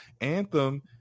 Anthem